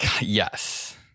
Yes